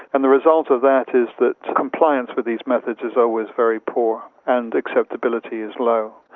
and the result of that is that compliance with these methods is always very poor and acceptability is low.